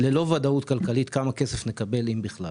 ללא ודאות כלכלית כמה כסף נקבל אם בכלל